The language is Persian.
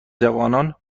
جوانان